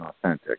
authentic